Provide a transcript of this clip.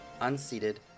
unseated